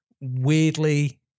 weirdly